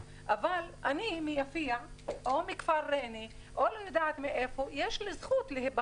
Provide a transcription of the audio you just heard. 2015. אני עובד עם אבנר ואפי באופן רצוף ובאמת מדובר